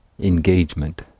engagement